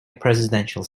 presidential